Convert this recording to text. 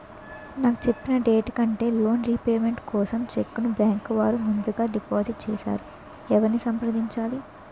నాకు చెప్పిన డేట్ కంటే లోన్ రీపేమెంట్ కోసం చెక్ ను బ్యాంకు వారు ముందుగా డిపాజిట్ చేసారు ఎవరిని సంప్రదించాలి?